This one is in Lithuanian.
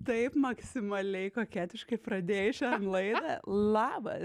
taip maksimaliai koketiškai pradėjai šią laidą labas